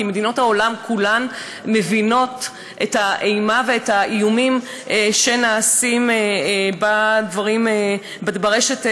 כי מדינות העולם כולן מבינות את האימה ואת האיומים שנעשים ברשת הזאת.